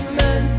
men